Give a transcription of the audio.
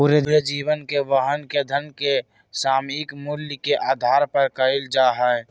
पूरे जीवन के वहन धन के सामयिक मूल्य के आधार पर कइल जा हई